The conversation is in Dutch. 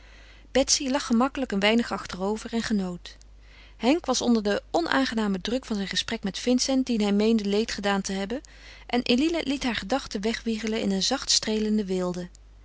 gemakkelijk een weinig achterover en genoot henk was onder den onaangenamen druk van zijn gesprek met vincent dien hij meende leed gedaan te hebben en eline liet haar gedachte wegwiegelen in een zachtstreelende weelde